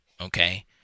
Okay